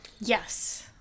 Yes